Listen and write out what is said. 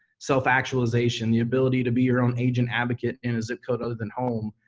self-actualization, the ability to be your own agent advocate in a zip code other than home,